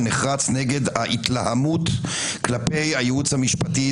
נחרץ נגד ההתלהמות כלפי הייעוץ המשפטי,